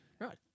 Right